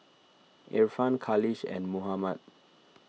Irfan Khalish and Muhammad